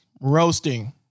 roasting